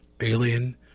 alien